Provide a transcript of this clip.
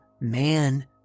man